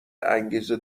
انگیزه